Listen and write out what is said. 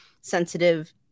sensitive